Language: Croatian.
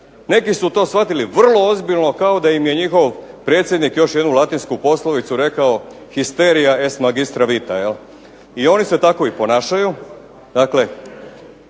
neki su to shvatili vrlo ozbiljno kao da im je njihov predsjednik još jednu latinsku poslovicu rekao histeria es magistra vita i oni se tako i ponašaju,